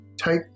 take